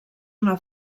una